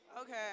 Okay